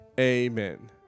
Amen